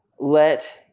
Let